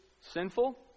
sinful